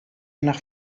nach